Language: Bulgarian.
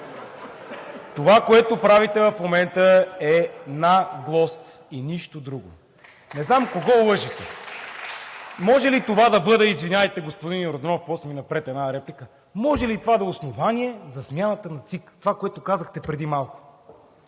Това, което правите в момента, е наглост и нищо друго. (Ръкопляскания от ГЕРБ-СДС.) Не знам кого лъжете. Може ли това да бъде, извинявайте, господин Йорданов, после ми направете една реплика, може ли това да е основание за смяната на ЦИК – това, което казахте преди малко?